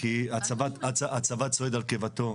כי הצבא צועד קיבתו.